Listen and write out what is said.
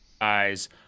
guys